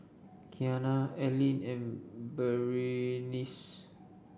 Kianna Aline and Berenice